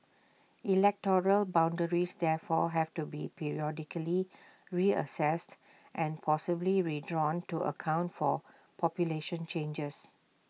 electoral boundaries therefore have to be periodically reassessed and possibly redrawn to account for population changes